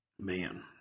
Man